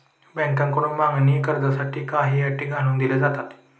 बँकांकडून मागणी कर्जासाठी काही अटी घालून दिल्या जातात